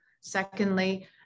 Secondly